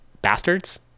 bastards